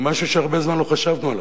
עם משהו שהרבה זמן לא חשבנו עליו.